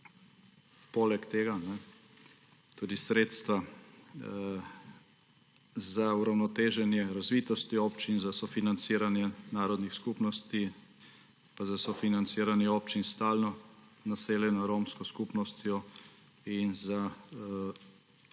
poleg tega tudi sredstva za uravnoteženje razvitosti občin, za sofinanciranje narodnih skupnosti, za sofinanciranje občin s stalno naseljeno romsko skupnostjo in za